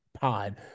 pod